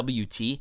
WT